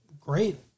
great